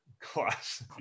class